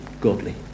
godly